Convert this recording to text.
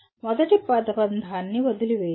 మొదటి పదబంధాన్ని వదిలివేయండి